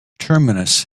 terminus